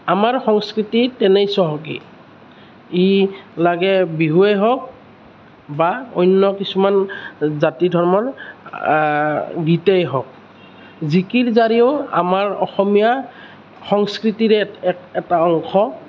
আমাৰ সংস্কৃতিত তেনেই চহকী ই লাগে বিহুৱে হওক বা অন্য কিছুমান জাতি ধৰ্মৰ গীতেই হওক জিকিৰ জাৰীও আমাৰ অসমীয়াৰ সংস্কৃতিৰে এক এক এটা অংশ